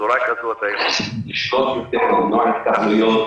בצורה כזו נשמור על מניעת התקהלויות,